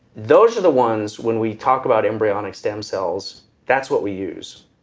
those are the ones when we talk about embryonic stem cells that's what we use.